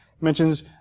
mentions